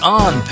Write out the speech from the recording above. on